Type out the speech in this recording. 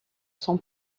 son